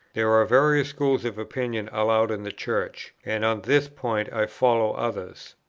there are various schools of opinion allowed in the church and on this point i follow others.